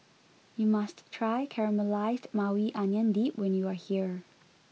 you must try Caramelized Maui Onion Dip when you are here